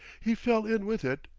he fell in with it,